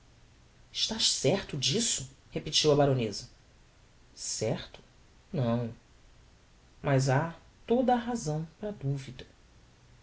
estás certo disso repetiu a baroneza certo não mas ha toda a razão para a duvida